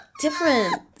different